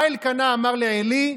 מה אלקנה אמר לעלי?